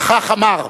וכך אמר: